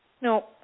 No